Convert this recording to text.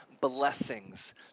blessings